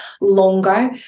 longer